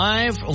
Live